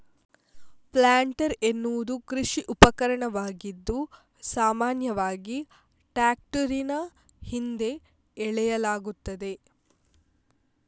planter ಎನ್ನುವುದು ಕೃಷಿ ಉಪಕರಣವಾಗಿದ್ದು, ಸಾಮಾನ್ಯವಾಗಿ ಟ್ರಾಕ್ಟರಿನ ಹಿಂದೆ ಎಳೆಯಲಾಗುತ್ತದೆ